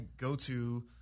go-to